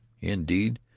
Indeed